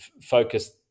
focus